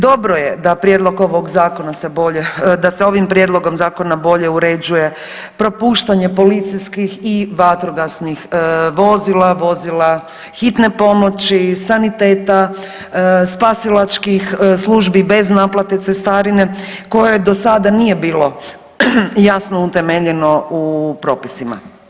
Dobro je da prijedlog ovog Zakona se bolje, da se ovim Prijedlogom zakona bolje uređuje propuštanje policijskih i vatrogasnih vozila, vozila hitne pomoći, saniteta, spasilačkih službi bez naplate cestarine koja do sada nije bilo jasno utemeljeno u propisima.